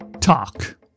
talk